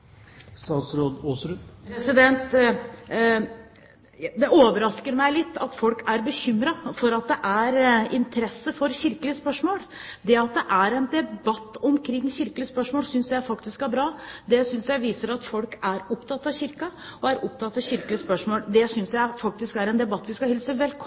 Det overrasker meg litt at folk er bekymret for at det er interesse for kirkelige spørsmål. Det at det er en debatt omkring kirkelige spørsmål, synes jeg faktisk er bra. Det synes jeg viser at folk er opptatt av Kirken og av kirkelige spørsmål. Det synes jeg faktisk er en debatt vi skal hilse